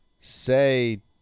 say